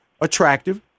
attractive